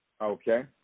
Okay